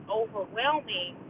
overwhelming